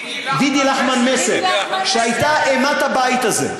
דידי לחמן-מסר, שהייתה אימת הבית הזה.